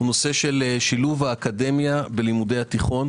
שילוב האקדמיה בלימודי התיכון.